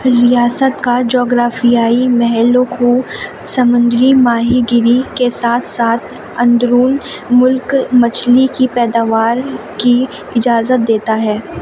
ریاست کا جغرافیائی محل وقوع سمندری ماہی گیری کے ساتھ ساتھ اندرون ملک مچھلی کی پیداوار کی اجازت دیتا ہے